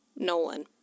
Nolan